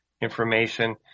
information